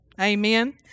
Amen